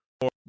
more